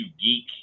geek